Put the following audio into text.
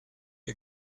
ihr